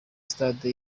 stade